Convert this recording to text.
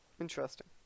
Interesting